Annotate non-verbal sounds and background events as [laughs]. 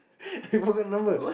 [laughs] I forget the number